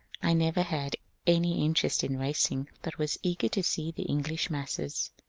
i never had any interest in racing, but was eager to see the english masses.